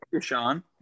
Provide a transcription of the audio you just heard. Sean